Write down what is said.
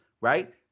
right